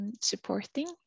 supporting